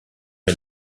est